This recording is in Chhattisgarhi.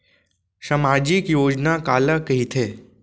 सामाजिक योजना काला कहिथे?